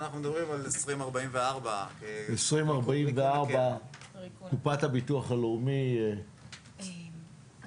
ואנחנו מדברים על 2044 --- ב-2044 קופת הביטוח הלאומי תרוקן.